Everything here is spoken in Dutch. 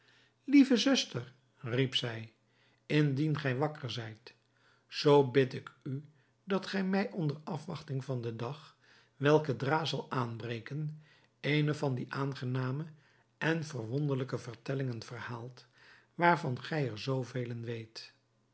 lieve zuster riep zij indien gij wakker zijt zoo bid ik u dat gij mij onder afwachting van den dag welke dra zal aanbreken eene van die aangename en verwonderlijke vertellingen verhaalt waarvan gij er zoovelen weet